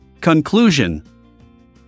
Conclusion